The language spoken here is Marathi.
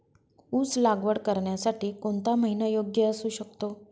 ऊस लागवड करण्यासाठी कोणता महिना योग्य असू शकतो?